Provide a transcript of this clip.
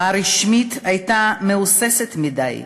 הרשמית הייתה מהוססת מדי,